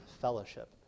fellowship